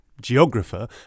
geographer